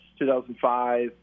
2005